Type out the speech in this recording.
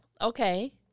okay